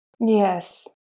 Yes